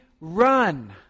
Run